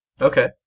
Okay